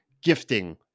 gifting